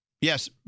Yes